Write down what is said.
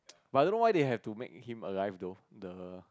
but I don't know why they had to make him arrive though the